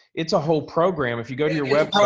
it's a whole program, if you go to your web.